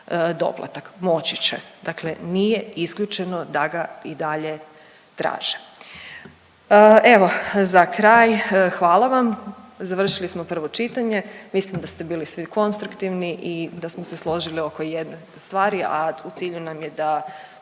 doplatak. Moći će. Dakle nije isključeno da ga i dalje traže. Evo, za kraj, hvala vam. Završili smo prvo čitanje, mislim da ste bili svi konstruktivni i da smo se složili oko jedne stvari, a u cilju nam je da